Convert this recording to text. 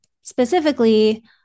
specifically